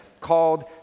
called